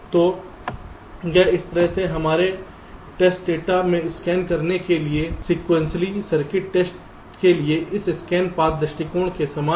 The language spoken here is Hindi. तो यह इस तरह से हमारे टेस्ट डेटा में स्कैन करने के लिए सेकेंटिअल सर्किट टेस्ट के लिए इस स्कैन पथ दृष्टिकोण के समान है